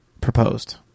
proposed